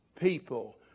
people